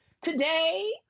Today